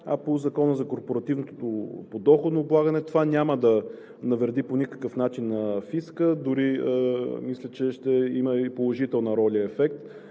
а по Закона за корпоративното подоходно облагане, което няма да навреди по никакъв начин на фиска, дори мисля, че ще има положителна роля и ефект.